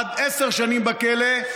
עד 10 שנים בכלא,